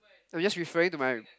I'm just referring to my